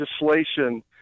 legislation